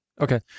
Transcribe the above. Okay